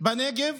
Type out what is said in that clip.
בנגב